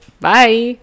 Bye